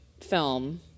film